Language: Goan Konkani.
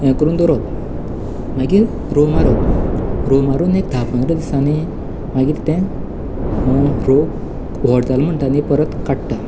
हें करून दवरप मागीर रोंव मारप रोंव मारून एक धा पंदरा दिसांनी मागीर तें रोंव घोळ जालें म्हणटा तें परत काडटा